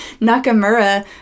Nakamura